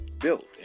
built